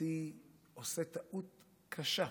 לדעתי עושה טעות קשה,